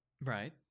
Right